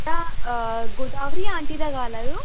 तव्हां गोदावरी आंटी था ॻाल्हायो